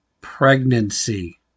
pregnancy